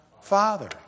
Father